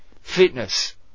Fitness